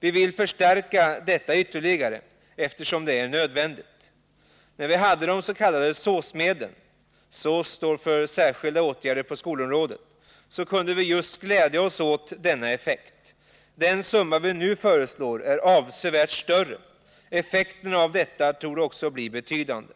Vi vill förstärka detta ytterligare, eftersom det är nödvändigt. När vi hade de s.k. SÅS-medlen , kunde vi glädja oss åt just denna effekt. Den summa vi nu föreslår är avsevärt större. Effekterna av detta torde också bli betydande.